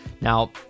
Now